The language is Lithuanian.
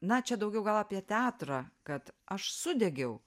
na čia daugiau gal apie teatrą kad aš sudegiau